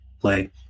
play